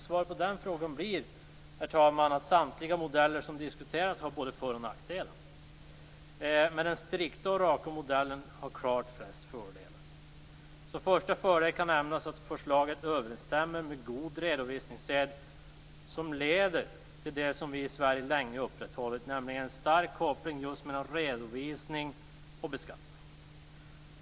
Svaret på den frågan blir, herr talman, att samtliga modeller som diskuterats har både för och nackdelar. Men den strikta och raka modellen har klart flest fördelar. Som första fördel kan nämnas att förslaget överensstämmer med god redovisningssed som leder till det som vi i Sverige länge har upprätthållit, nämligen en stark koppling mellan redovisning och beskattning.